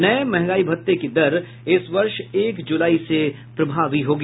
नये महंगाई भत्ते की दर इस वर्ष एक जुलाई से प्रभावी होगी